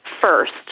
first